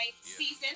season